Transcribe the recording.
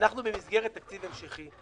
אנחנו במסגרת תקציב המשכי.